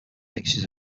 mixtures